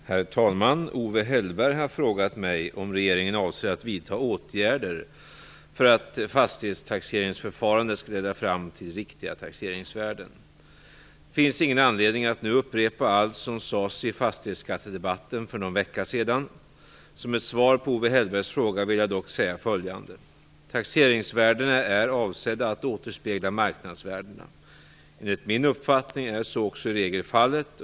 Herr talman! Owe Hellberg har frågat mig om regeringen avser att vidta åtgärder för att fastighetstaxeringsförfarandet skall leda fram till riktiga taxeringsvärden. Det finns ingen anledning att nu upprepa allt som sades i fastighetsskattedebatten för någon vecka sedan. Som ett svar på Owe Hellbergs fråga vill jag dock säga följande. Taxeringsvärdena är avsedda att återspegla marknadsvärdena. Enligt min uppfattning är så också i regel fallet.